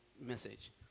message